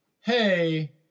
hey